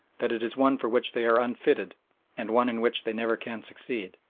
that it is one for which they are unfitted and one in which they never can succeed.